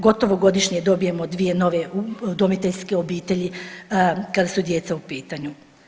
Gotovo godišnje dobijemo dvije nove udomiteljske obitelji kada su djeca u pitanju.